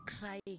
crying